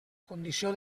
condició